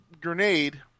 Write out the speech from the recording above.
grenade